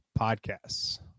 Podcasts